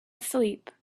asleep